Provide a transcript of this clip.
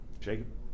Jacob